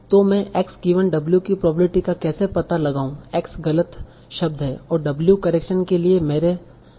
तो में x given w की प्रोबेब्लिटी का कैसे पता लगाऊं x गलत शब्द है और w करेक्शन के लिए मेरे संभावित कैंडिडेट्स है